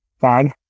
bag